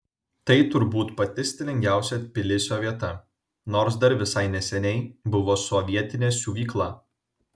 tai turbūt pati stilingiausia tbilisio vieta nors dar visai neseniai buvo sovietinė siuvykla